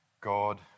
God